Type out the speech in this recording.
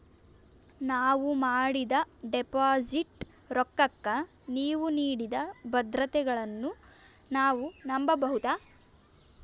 ನಾವು ಮಾಡಿದ ಡಿಪಾಜಿಟ್ ರೊಕ್ಕಕ್ಕ ನೀವು ನೀಡಿದ ಭದ್ರತೆಗಳನ್ನು ನಾವು ನಂಬಬಹುದಾ?